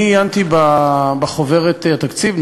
אני עיינתי בחוברת התקציב,